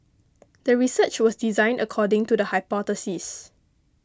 the research was designed according to the hypothesis